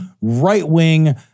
right-wing